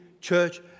church